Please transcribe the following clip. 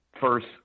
First